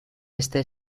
este